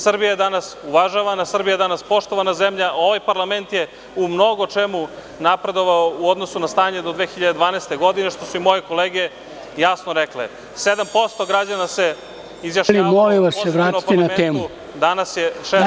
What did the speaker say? Srbija je danas uvažavana, Srbija je danas poštovana zemlja, ovaj parlament je u mnogo čemu napredovao u odnosu na stanje do 2012. godine, što su i moje kolege jasno rekle, 7% građana se izjašnjavalo u otvorenom parlamentu, danas je 16%